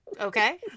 Okay